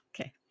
Okay